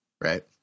right